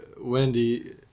wendy